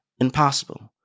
impossible